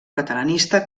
catalanista